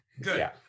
good